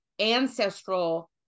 ancestral